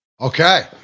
Okay